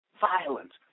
violence